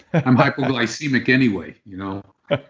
and i'm hypoglycemic anyway you know ah